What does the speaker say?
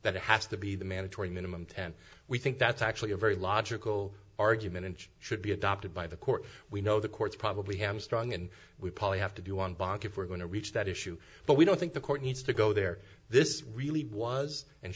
that it has to be the mandatory minimum ten we think that's actually a very logical argument and should be adopted by the court we know the court's probably hamstrung and we probably have to do on bach if we're going to reach that issue but we don't think the court needs to go there this really was and